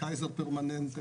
'קייזר פרמננט',